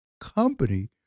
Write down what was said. Company